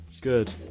good